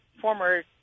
former